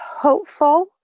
hopeful